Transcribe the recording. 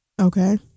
Okay